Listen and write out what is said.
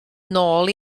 nôl